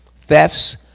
thefts